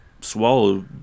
swallow